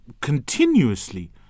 continuously